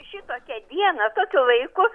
šitokią dieną tokiu laiku